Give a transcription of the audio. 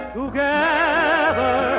together